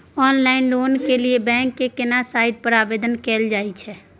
Online loan के लिए bank के केना साइट पर आवेदन कैल जाए छै?